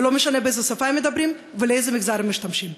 ולא משנה באיזו שפה הם מדברים ולאיזה מגזר הם משתייכים.